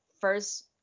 first